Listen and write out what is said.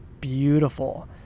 beautiful